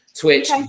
Twitch